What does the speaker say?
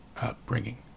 upbringing